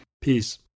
peace